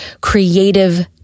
creative